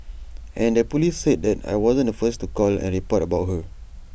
and the Police said that I wasn't the first to call and report about her